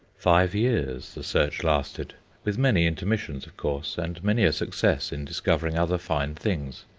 five years the search lasted with many intermissions, of course, and many a success in discovering other fine things.